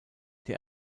der